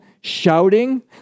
shouting